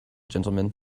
gentlemen